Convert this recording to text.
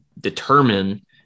determine